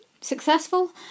successful